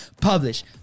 publish